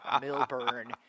Milburn